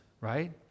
right